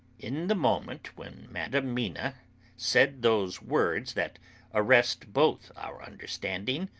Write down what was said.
in the moment when madam mina said those words that arrest both our understanding,